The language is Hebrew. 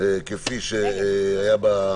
כפי שהיה בנוסח.